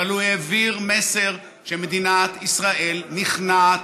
אבל הוא העביר מסר שמדינת ישראל נכנעת